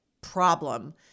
problem